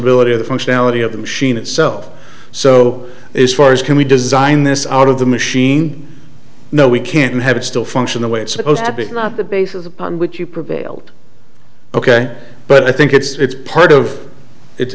ability of the functionality of the machine itself so is far is can we design this out of the machine no we can't have it still function the way it's supposed to be not the basis upon which you prevailed ok but i think it's part of it's part of